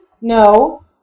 No